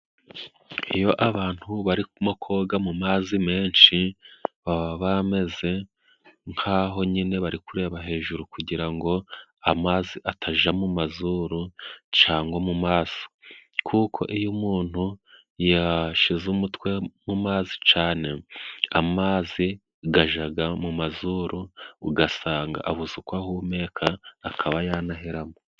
Iyo abantu barimo koga mu mazi menshi, baba bameze nk'aho nyine bari kureba hejuru kugira ngo amazi ataja mu mazuru cangwa mu maso kuko iyo umuntu yashize umutwe mu mazi cane amazi gajaga mu mazuru, ugasanga abuze uko ahumeka akaba yanaheramo.